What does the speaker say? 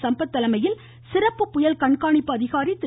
சம்பத் தலைமையில் சிறப்பு கண்காணிப்பு அதிகாரி திரு